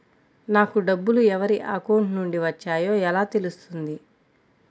నాకు డబ్బులు ఎవరి అకౌంట్ నుండి వచ్చాయో ఎలా తెలుస్తుంది?